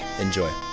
Enjoy